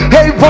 Hey